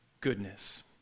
goodness